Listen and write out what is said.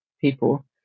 people